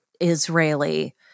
Israeli